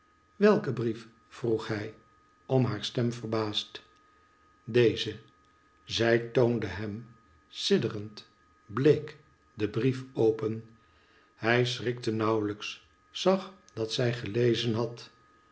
welken brief vroeg hij om haar stem verbaasd deze zij toonde hem sidderend bleek den brief open hij schrikte nauwlijks zag dat zij gelezen had